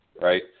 Right